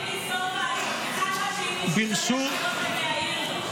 יבגני סובה --- להעיר לו.